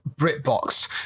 britbox